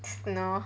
no